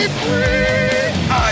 free